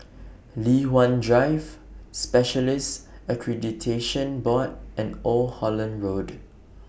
Li Hwan Drive Specialists Accreditation Board and Old Holland Road